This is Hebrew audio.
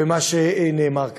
במה שנאמר כאן.